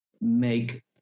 make